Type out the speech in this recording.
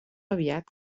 aviat